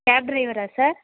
gap டிரைவரா sir